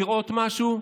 לראות משהו,